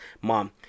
Mom